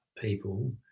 people